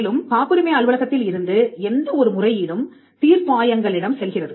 மேலும் காப்புரிமை அலுவலகத்தில் இருந்து எந்த ஒரு முறையீடும் தீர்ப்பாயங்களிடம் செல்கிறது